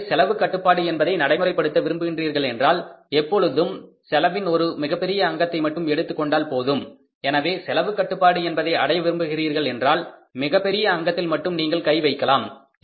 எனவே செலவு கட்டுப்பாடு என்பதை நடைமுறைப்படுத்த விரும்புகிறீர்கள் என்றால் எப்பொழுதும் செலவின் ஒரு மிகப்பெரிய அங்கத்தை மட்டும் எடுத்துக்கொண்டால் போதும் எனவே செலவு கட்டுப்பாடு என்பதை அடைய விரும்புகிறீர்கள் என்றால் மிகப்பெரிய அங்கத்தில் மட்டும் நீங்கள் கை வைக்கலாம்